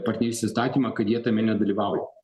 partnerystės įstatymą kad jie tame nedalyvauja